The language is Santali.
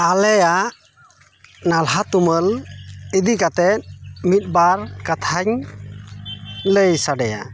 ᱟᱞᱮᱭᱟᱜ ᱱᱟᱞᱦᱟ ᱛᱩᱢᱟᱹᱞ ᱤᱫᱤ ᱠᱟᱛᱮᱫ ᱢᱤᱫ ᱵᱟᱨ ᱠᱟᱛᱷᱟᱧ ᱞᱟᱹᱭ ᱥᱟᱰᱮᱭᱟ